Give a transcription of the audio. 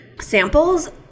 samples